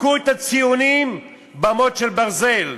הכו את הציונים במוט של ברזל,